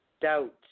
doubt